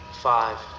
Five